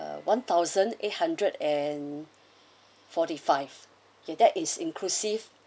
uh one thousand eight hundred and forty five okay that is inclusive